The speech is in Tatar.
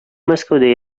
мәскәүдә